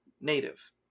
native